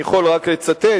אני יכול רק לצטט,